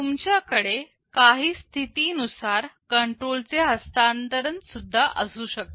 तुमच्याकडे काही स्थितिनुसार कंट्रोल चे हे हस्तांतरण सुद्धा असू शकते